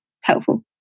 helpful